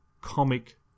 comic